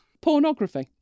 Pornography